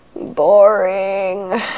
boring